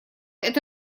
это